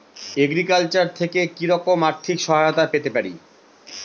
Agriculture থেকে কি রকম আর্থিক সহায়তা পেতে পারি?